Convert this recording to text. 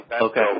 Okay